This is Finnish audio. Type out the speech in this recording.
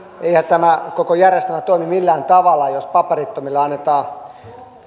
eihän tämä koko järjestelmä toimi millään tavalla jos paperittomille annetaan